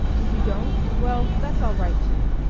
if you don't well, that's all right too.